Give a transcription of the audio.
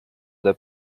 the